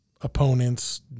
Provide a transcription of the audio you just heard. opponents